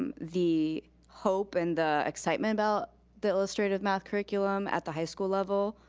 um the hope and the excitement about the illustrative math curriculum at the high school level,